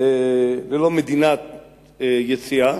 דרכון וללא מדינת יציאה,